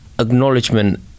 acknowledgement